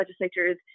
legislatures